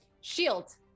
Shield